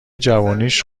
جوونیش